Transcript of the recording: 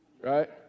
Right